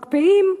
מקפיאים,